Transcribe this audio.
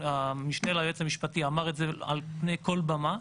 המשנה ליועץ המשפטי אמר את זה מעל כל במה,